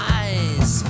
eyes